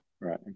Right